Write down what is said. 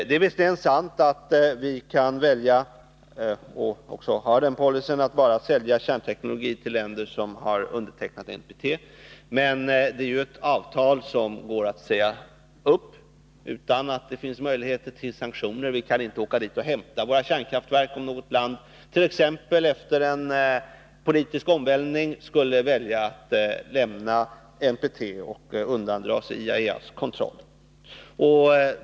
Det är visserligen sant att vi kan välja — och också har den policyn — att bara sälja kärnteknologi till länder som har undertecknat NPT. Men det är ju ett avtal som går att säga upp, utan att det finns möjligheter till sanktioner. Vi kan inte åka och hämta våra kärnkraftverk från något land, som t.ex. efter en politisk omvälvning skulle välja att lämna NPT och undandra sig IAEA:s kontroll.